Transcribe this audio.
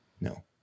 No